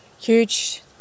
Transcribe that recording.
huge